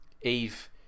eve